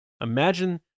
Imagine